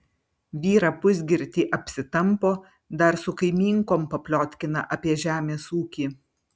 vyrą pusgirtį apsitampo dar su kaimynkom papliotkina apie žemės ūkį